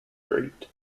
great